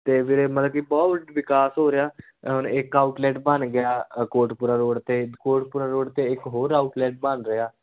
ਅਤੇ ਵੀਰੇ ਮਤਲਬ ਕਿ ਬਹੁਤ ਵਿਕਾਸ ਹੋ ਰਿਹਾ ਹੁਣ ਇੱਕ ਆਊਟਲੈਟ ਬਣ ਗਿਆ ਕੋਟਪੂਰਾ ਰੋਡ 'ਤੇ ਕੋਟਪੂਰਾ ਰੋਡ 'ਤੇ ਇੱਕ ਹੋਰ ਆਊਟਲੈਟ ਬਣ ਰਿਹਾ